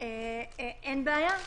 אין בעיה.